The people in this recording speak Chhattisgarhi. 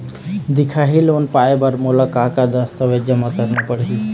दिखाही लोन पाए बर मोला का का दस्तावेज जमा करना पड़ही?